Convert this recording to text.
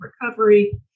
recovery